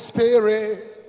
Spirit